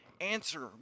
Answer